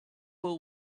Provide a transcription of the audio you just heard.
will